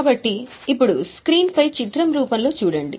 కాబట్టి ఇప్పుడు స్క్రీన్ పై చిత్రం రూపంలో చూడండి